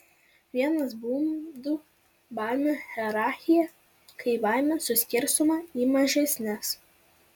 vienas būdų baimių hierarchija kai baimė suskirstoma į mažesnes